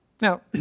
Now